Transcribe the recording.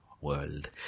world